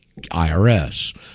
IRS